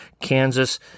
Kansas